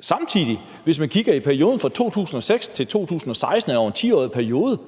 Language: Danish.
Samtidig, hvis man kigger på perioden fra 2006 til 2016, altså en 10-årig periode,